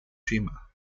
jima